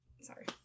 Sorry